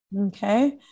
Okay